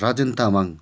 Rajen Tamang